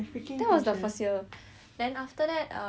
then after that err because we have been together for like